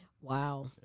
Wow